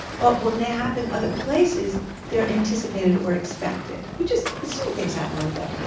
but when they happen other places, they're anticipated or expected. we just assume things happen like that,